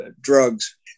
drugs